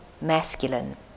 masculine